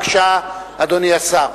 בבקשה, אדוני השר.